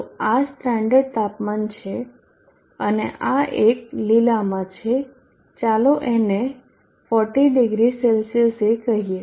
તો આ સ્ટાન્ડર્ડ તાપમાન છે અને આ એક લીલામાં છે ચાલો એને 400 C એ કહીયે